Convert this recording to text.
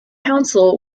council